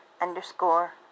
underscore